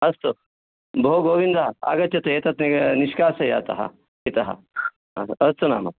अस्तु भोः गोविन्द आगच्छतु एतत् निष्कासय इतः इतः अस्तु नाम